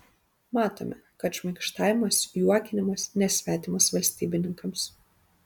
matome kad šmaikštavimas juokinimas nesvetimas valstybininkams